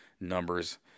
numbers